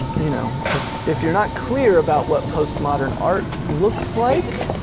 you know if if you're not clear about what post-modern art looks like,